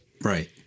Right